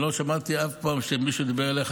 אני לא שמעתי אף פעם שמישהו דיבר אליך